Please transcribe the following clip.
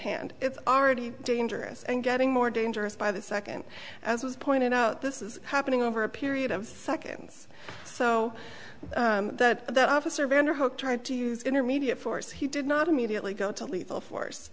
hand it's already dangerous and getting more dangerous by the second as was pointed out this is happening over a period of seconds so that that officer vander hook tried to use intermediate force he did not immediately go to lethal force